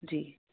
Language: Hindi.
जी